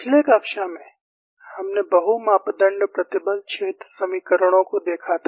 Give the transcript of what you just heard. पिछले कक्षा में हमने बहु मापदण्ड प्रतिबल क्षेत्र समीकरणों को देखा था